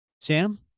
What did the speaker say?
Sam